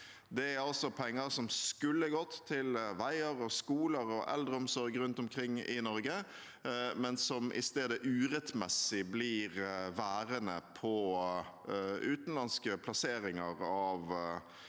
Det er penger som skulle gått til veier, skoler og eldreomsorg rundt omkring i Norge, men som i stedet urettmessig blir værende i utenlandske plasseringer av